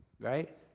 Right